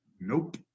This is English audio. Nope